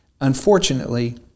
unfortunately